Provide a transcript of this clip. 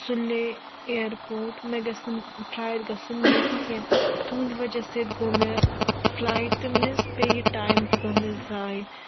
سُلے airport مےٚ گژھِ نہٕ فٕلایٹ گژھٕنۍ مِس کینٛہہ تُہٕنٛدِ وجہ سۭتۍ گوٚو مےٚ فٕلایٹ تہٕ مِس بیٚیہِ یہِ ٹایم تہِ گوٚو مےٚ زایہِ